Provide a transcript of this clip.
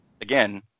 again